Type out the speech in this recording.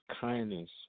kindness